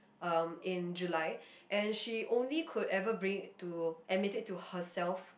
um in July and she only could ever bring it to admit it to herself